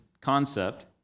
concept